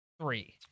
Three